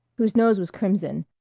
whose nose was crimson,